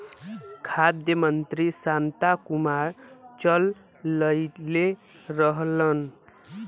खाद्य मंत्री शांता कुमार चललइले रहलन